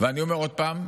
ואני אומר עוד פעם: